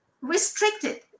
restricted